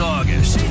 August